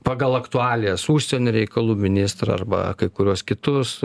pagal aktualijas užsienio reikalų ministrą arba kai kuriuos kitus